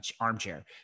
armchair